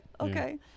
okay